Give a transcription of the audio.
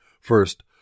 First